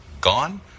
Gone